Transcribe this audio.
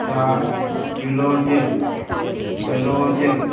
चार इलो जेल एलो जेल